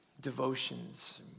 devotions